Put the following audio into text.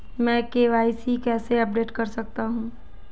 मैं के.वाई.सी कैसे अपडेट कर सकता हूं?